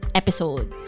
episode